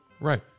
Right